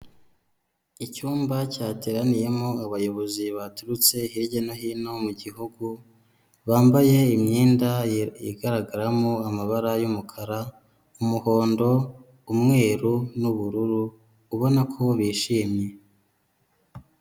Icyumba cyateraniyemo abayobozi baturutse hirya no hino mu gihugu bambaye imyenda igaragaramo amabara y'umukara, umuhondo, umweru n'ubururu ubona ko bishimye.